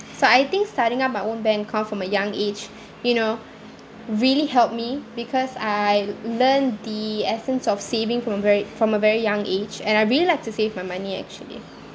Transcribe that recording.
so I think starting up my own bank account from a young age you know really helped me because I l~ learned the essence of saving from a very from a very young age and I really like to save my money actually